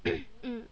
mm